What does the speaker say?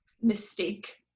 mistake